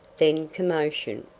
then commotion.